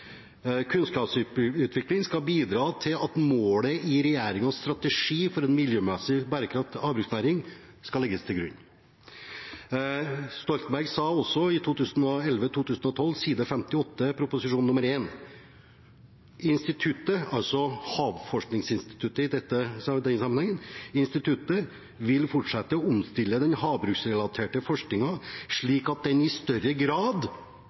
kunnskapsutvikling skal «bidra til at målet i regjeringas strategi for en miljømessig bærekraftig havbruksnæring» kan nås. Stoltenberg II-regjeringen sa også i Prop. 1 S for 2011–2012, side 58, at Havforskningsinstituttet «vil fortsette å omstille den havbruksrelaterte forskningen slik at den i større grad